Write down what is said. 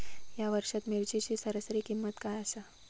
या वर्षात मिरचीची सरासरी किंमत काय आसा?